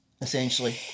essentially